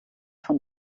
von